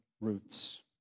roots